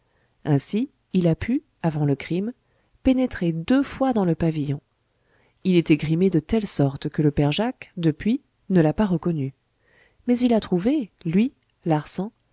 ainsi il a pu avant le crime pénétrer deux fois dans le pavillon il était grimé de telle sorte que le père jacques depuis ne l'a pas reconnu mais il a trouvé lui larsan